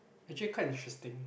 actually quite interesting